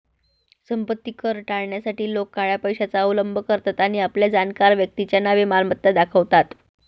संपत्ती कर टाळण्यासाठी लोक काळ्या पैशाचा अवलंब करतात आणि आपल्या जाणकार व्यक्तीच्या नावे मालमत्ता दाखवतात